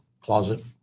closet